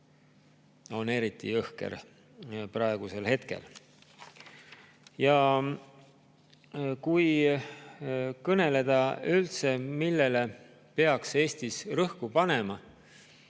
on eriti jõhker praegusel hetkel. Kui kõneleda sellest, millele peaks Eestis rõhku panema,